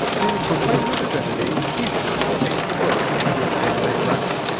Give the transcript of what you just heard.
to proclaim her divinity, easter changed a bird into an egg-laying rabbit.